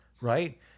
right